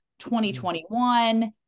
2021